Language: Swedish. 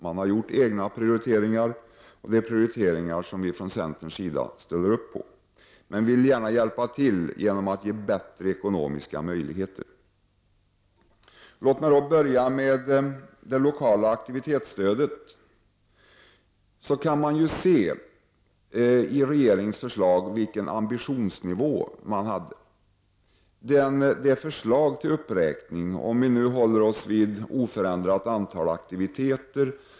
Man har där gjort egna prioriteringar, och det är prioriteringar som vi från centerns sida ställer oss bakom. Men vi vill gärna hjälpa till genom att skapa bättre ekonomiska möjligheter. När det till att börja med gäller det lokala aktivitetsstödet kan man i regeringens förslag se vilken ambitionsnivå man haft. Vi håller oss till oförändrat antal aktiviteter.